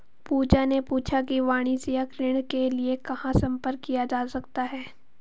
पूजा ने पूछा कि वाणिज्यिक ऋण के लिए कहाँ संपर्क किया जा सकता है?